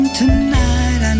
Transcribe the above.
tonight